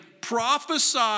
Prophesy